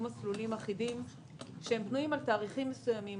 מסלולים אחידים שבנויים על תאריכים מסוימים,